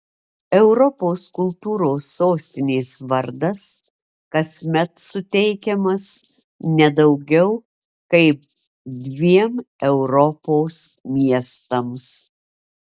europos kultūros sostinės vardas kasmet suteikiamas ne daugiau kaip dviem europos miestams